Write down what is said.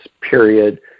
period